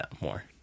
more